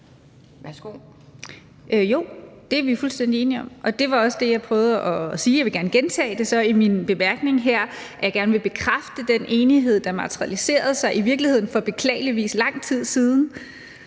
Jo, det er vi fuldstændig enige om, og det var også det, jeg prøvede at sige. Jeg vil så gerne gentage det i min bemærkning her: Jeg vil gerne bekræfte den enighed, der i virkeligheden materialiserede sig for beklageligvis lang tid siden.